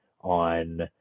on